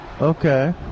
Okay